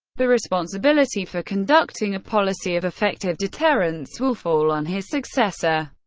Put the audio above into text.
the responsibility for conducting a policy of effective deterrence will fall on his successor.